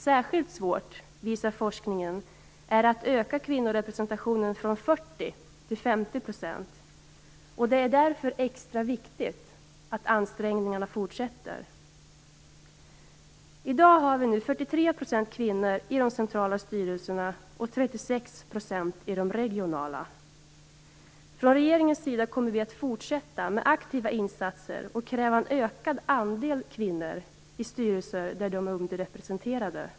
Särskilt svårt, visar forskningen, är att öka kvinnorepresentationen från 40 % till 50 %. Det är därför extra viktigt att ansträngningarna fortsätter. I dag har vi 43 % kvinnor i de centrala styrelserna och 36 % i de regionala. Från regeringens sida kommer vi att fortsätta med aktiva insatser och kräva en ökad andel kvinnor i styrelser där de är underrepresenterade.